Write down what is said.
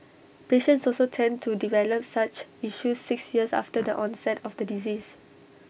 patients also tend to develop such issues six years after the onset of the disease